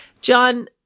John